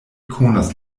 konas